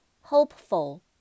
Hopeful